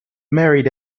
married